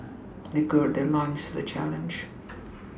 they gird their loins for the challenge